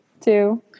two